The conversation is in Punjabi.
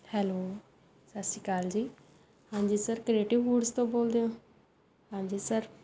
ਹੈਲੋ ਸਤਿ ਸ਼੍ਰੀ ਅਕਾਲ ਜੀ ਹਾਂਜੀ ਸਰ ਕ੍ਰੇਟਿਵ ਫੂਡਸ ਤੋਂ ਬੋਲਦੇ ਹੋ ਹਾਂਜੀ ਸਰ